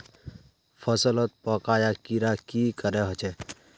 फसलोत पोका या कीड़ा की करे होचे?